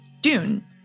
Dune